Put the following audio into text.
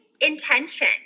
intention